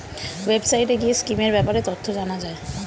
ওয়েবসাইটে গিয়ে স্কিমের ব্যাপারে তথ্য জানা যায়